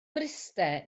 mryste